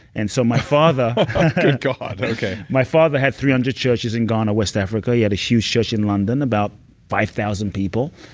and so my father. good god. okay my father had three hundred churches in ghana, west africa. he had a huge church in london about five thousand people,